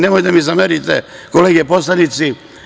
Nemojte da mi zamerite, kolege poslanici.